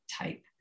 type